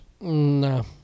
No